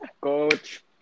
Coach